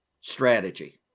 strategy